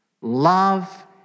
Love